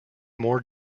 more